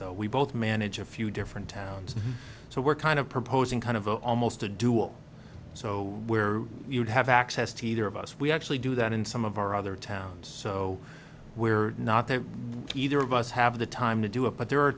that we both manage a few different towns so we're kind of proposing kind of almost a dual so where you would have access to either of us we actually do that in some of our other towns so we're not that either of us have the time to do it but there are